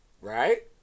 Right